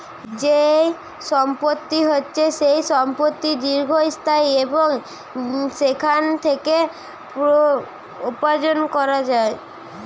যেই সম্পত্তি হচ্ছে যেই সম্পত্তি দীর্ঘস্থায়ী এবং সেখান থেকে উপার্জন করা যায়